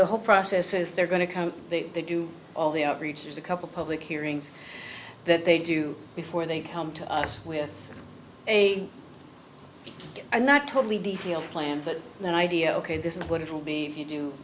the whole process is they're going to come they do all the outreach there's a couple public hearings that they do before they come to us with a i'm not totally detailed plan but the idea ok this is what it will be you do